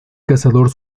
cazador